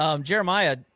Jeremiah